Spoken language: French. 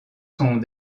sont